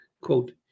Quote